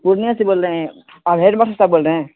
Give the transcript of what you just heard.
پورنیہ سے بول رہے ہیں آپ ہیڈ ماسٹر صاحب بول رہے ہیں